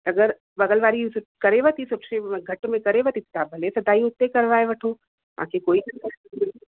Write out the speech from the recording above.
अगरि बगल वारी करेव थी सुठे घटि में करेव थी तव्हां भले सदाईं उते करवाए वठो असांखे कोई दिक़तु कोन्हे